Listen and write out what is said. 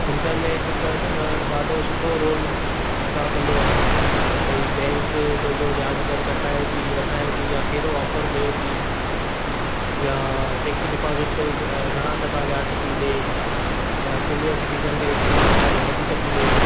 internet ते त ॾाढो सुठो रोल अदा कंदो आहे ॿई बैंक पंहिंजो व्याजु दरि घटाए थी वधाए थी या कहिड़ो ऑफर ॾे थी या फिक्स डिपोज़िट ते घणा टका व्याजु थी ॾे या सीनियर सिटिज़न खे घणा टका वधीक थी ॾे